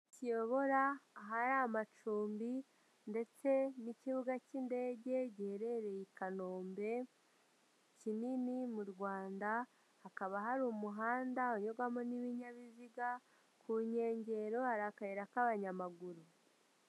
Kiyobora ahari amacumbi ndetse n'ikibuga cy'indege giherereye i Kanombe kinini mu Rwanda, hakaba hari umuhanda unyurwamo n'ibinyabiziga, ku nkengero hari akayira k'abanyamaguru.